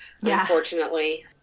unfortunately